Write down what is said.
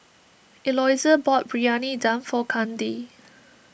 Eloisa bought Briyani Dum for Kandy